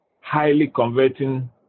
highly-converting